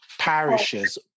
parishes